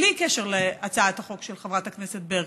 בלי קשר להצעת החוק של חברת הכנסת ברקו: